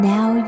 Now